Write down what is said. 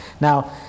Now